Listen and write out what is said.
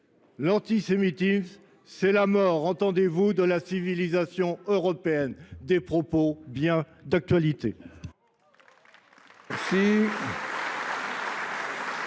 L’antisémitisme, c’est la mort, entendez vous, de la civilisation européenne. » Des propos qui sont bien d’actualité…